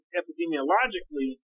epidemiologically